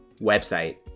website